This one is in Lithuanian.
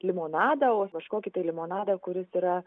limonadą o kažkokį tai limonadą kuris yra